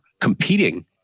competing